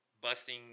busting